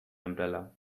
umbrella